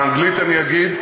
באנגלית אני אגיד: